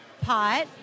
pot